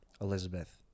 Elizabeth